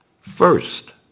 first